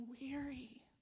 weary